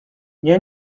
nie